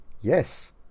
Yes